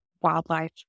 wildlife